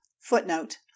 Footnote